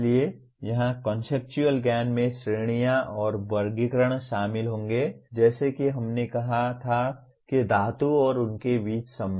इसलिए यहां कॉन्सेप्चुअल ज्ञान में श्रेणियां और वर्गीकरण शामिल होंगे जैसे कि हमने कहा था कि धातु और उनके बीच संबंध